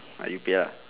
ah you pay lah